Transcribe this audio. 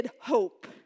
hope